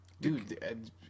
dude